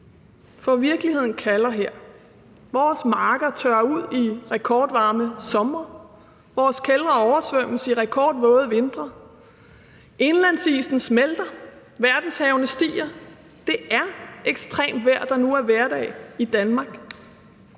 For virkeligheden kalder her: Vores marker tørrer ud i rekordvarme somre, vores kældre oversvømmes i rekordvåde vintre, indlandsisen smelter, verdenshavene stiger – det er ekstremt vejr, der nu er hverdag i Danmark.